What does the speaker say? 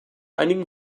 einigen